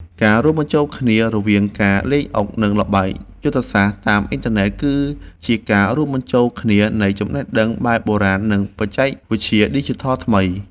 ការរួមបញ្ចូលគ្នារវាងការលេងអុកនិងល្បែងយុទ្ធសាស្ត្រតាមអ៊ីនធឺណិតគឺជាការរួមបញ្ចូលគ្នានៃចំណេះដឹងបែបបុរាណនិងបច្ចេកវិទ្យាឌីជីថលថ្មី។